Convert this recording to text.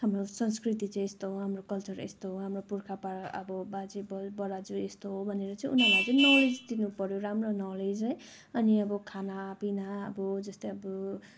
हाम्रो संस्कृति चाहिँ यस्तो हो हाम्रो कल्चर यस्तो हो हाम्रो पुर्खा पारा आब बाजे बराज्यू यस्तो हो भनेर चाहिँ उनीहरूलाई चाहिँ नलेज दिनु पर्यो राम्रो नलेज है अनि अब खाना पिना अब जस्तै अब